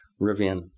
Rivian